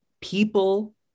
people